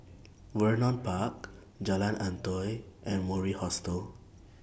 Vernon Park Jalan Antoi and Mori Hostel